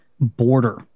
border